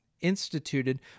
instituted